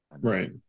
Right